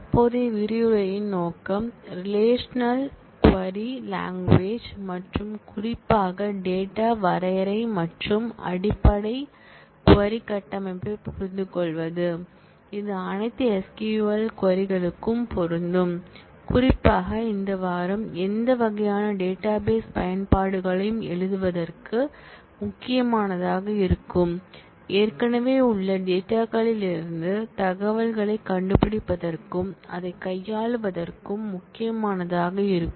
தற்போதைய விரிவுரையின் நோக்கம் ரெலேஷனல் க்வரி லாங்குவேஜ் மற்றும் குறிப்பாக டேட்டா வரையறை மற்றும் அடிப்படை வினவல் கட்டமைப்பைப் புரிந்துகொள்வது இது அனைத்து SQL க்வரிகளுக்கும் பொருந்தும் குறிப்பாக இந்த வாரம் எந்த வகையான டேட்டாபேஸ் பயன்பாடுகளையும் எழுதுவதற்கு முக்கியமானதாக இருக்கும் ஏற்கனவே உள்ள டேட்டாகளிலிருந்து தகவல்களைக் கண்டுபிடிப்பதற்கும் அதைக் கையாளுவதற்கும் முக்கியமானதாக இருக்கும்